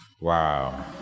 Wow